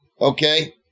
okay